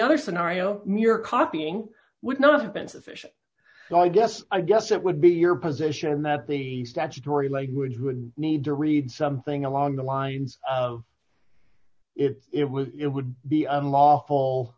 other scenario mere copying would not have been sufficient so i guess i guess it would be your position that the statutory language would need to read something along the lines of if it was it would be unlawful